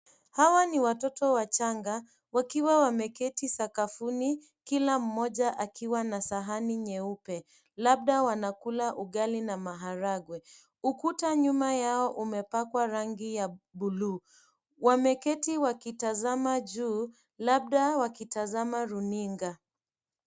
Hawa ni watoto wachanga, wakiwa wameketi sakafuni, kila mmoja akiwa na sahani nyeupe, labda wanakula, ugali, na maharagwe. Ukuta nyuma yao umepakwa rangi ya blue , wameketi wakitazama juu, labda wakitazama runinga.